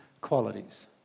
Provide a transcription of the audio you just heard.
qualities